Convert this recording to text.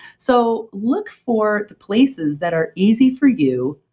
so, look for the places that are easy for you,